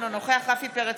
אינו נוכח רפי פרץ,